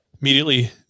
Immediately